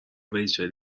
ریچل